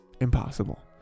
Impossible